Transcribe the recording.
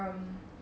um